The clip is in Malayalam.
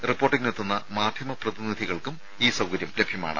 റിപ്പോർട്ടിംഗിനെത്തുന്ന മാധ്യമ പ്രവർത്തകർക്കും ഈ സൌകര്യം ലഭ്യമാണ്